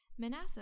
Manasseh